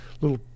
little